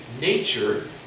nature